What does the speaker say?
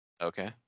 Okay